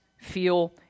feel